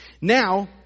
Now